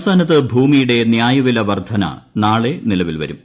സംസ്ഥാനത്ത് ഭൂമിയുടെ നൃായ്ക്ഷില്ല വർധന നാളെ നിലവിൽ വരും